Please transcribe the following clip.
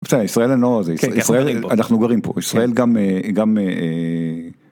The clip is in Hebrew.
ישראל אנחנו גרים פה ישראל גם.